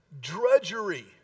drudgery